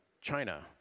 China